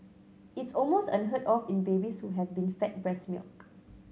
it's almost unheard of in babies who have been fed breast milk